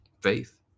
faith